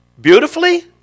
beautifully